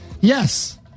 yes